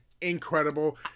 incredible